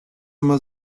más